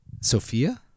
Sophia